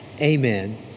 amen